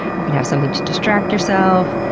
you can have something to distract yourself.